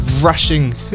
rushing